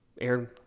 Aaron